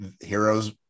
heroes